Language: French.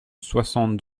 soixante